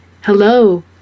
Hello